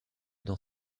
dans